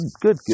good